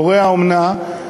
הורי האומנה,